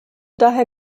daher